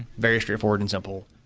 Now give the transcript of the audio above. very straight forward and simple.